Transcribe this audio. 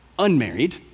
unmarried